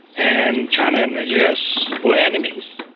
and china and the us where enemies.